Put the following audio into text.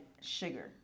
sugar